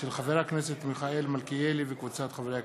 של חבר הכנסת מיכאל מלכיאלי וקבוצת חברי הכנסת.